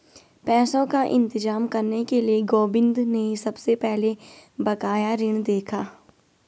पैसों का इंतजाम करने के लिए गोविंद ने सबसे पहले बकाया ऋण देखा